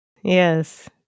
Yes